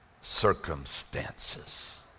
circumstances